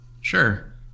sure